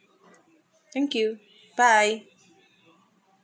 thank you bye